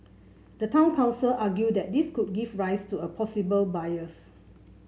the town council argued that this could give rise to a possible bias